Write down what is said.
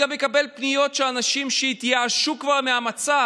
אני גם מקבל פניות של אנשים שהתייאשו כבר מהמצב.